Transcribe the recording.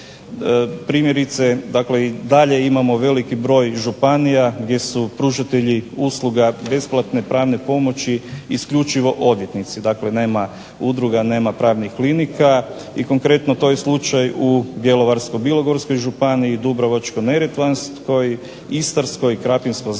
Primjerice, dakle i dalje imamo veliki broj županija gdje su pružatelji usluga besplatne pravne pomoći isključivo odvjetnici, dakle nema udruga nema pravnih klinika. I konkretno to je slučaj u Bjelovarsko-bilogorskoj županiji, Dubrovačko-neretvanskoj, Istarskoj, Krapinsko-zagorskoj,